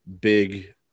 big